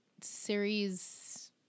series